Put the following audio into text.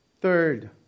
third